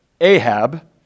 Ahab